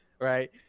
right